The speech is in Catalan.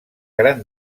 gran